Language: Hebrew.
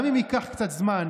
גם אם ייקח קצת זמן